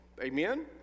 amen